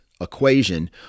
equation